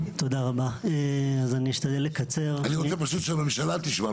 אני רוצה פשוט שהממשלה תשמע,